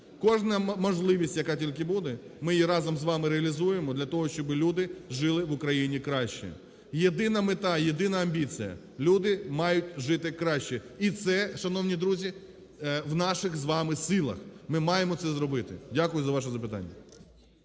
кожна можливість, яка тільки буде, ми її разом з вами реалізуємо для того, щоби люди жили в Україні краще. Єдина мета, єдина амбіція – люди мають жити краще і це, шановні друзі, в наших з вами силах, ми маємо це зробити. Дякую за ваше запитання.